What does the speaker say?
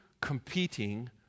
competing